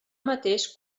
mateix